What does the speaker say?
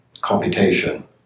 computation